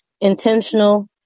intentional